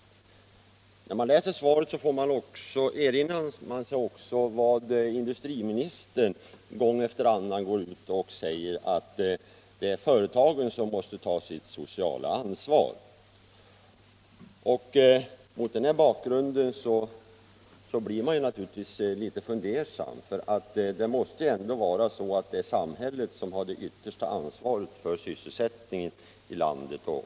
SS När man läser svaret erinrar man sig också vad industriministern gång efter annan går ut och säger, nämligen att företagen måste ta sitt sociala ansvar. Mot den bakgrunden blir man naturligtvis litet fundersam, för det måste ju ändå vara samhället som har det yttersta ansvaret för sysselsättningen i landet.